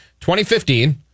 2015